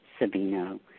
Sabino